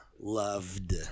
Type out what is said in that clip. loved